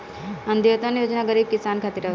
अन्त्योदय योजना गरीब किसान खातिर हवे